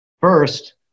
First